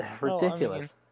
Ridiculous